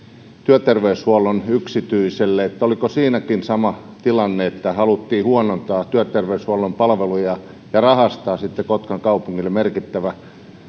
työterveyshuollon yksityiselle oliko siinäkin sama tilanne että haluttiin huonontaa työterveyshuollon palveluja ja rahastaa kotkan kaupungille merkittävä